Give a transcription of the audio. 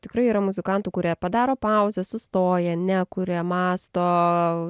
tikrai yra muzikantų kurie padaro pauzes sustoja nekuria mąsto